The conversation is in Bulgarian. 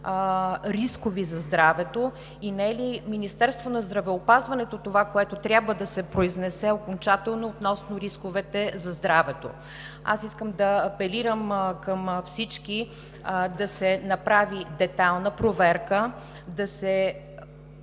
рискови за здравето и не е ли Министерството на здравеопазването това, което трябва да се произнесе окончателно относно рисковете за здравето? Искам да апелирам към всички да се направи детайлна проверка, да се